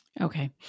Okay